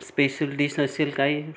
special dish असेल काही